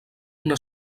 una